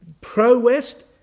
pro-West